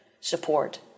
support